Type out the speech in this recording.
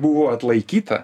buvo atlaikyta